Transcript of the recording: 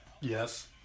yes